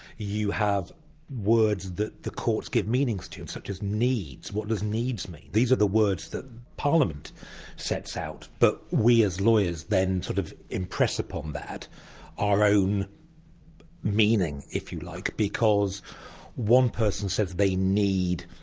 you have words that the courts give meanings to, such as! needs! what does! needs! mean? these are the words parliament sets out, but we as lawyers then sort of impress upon that our own meaning, if you like, because one person says they! need!